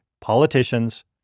politicians